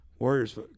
Warriors